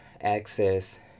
access